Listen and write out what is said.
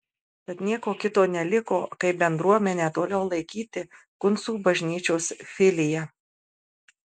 tad nieko kito neliko kaip bendruomenę toliau laikyti kuncų bažnyčios filija